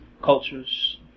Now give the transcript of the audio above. cultures